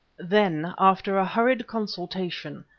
then, after a hurried consultation,